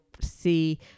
see